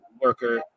worker